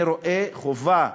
אני רואה חובה